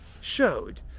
showed